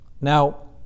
Now